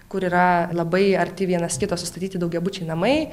kur yra labai arti vienas kito sustatyti daugiabučiai namai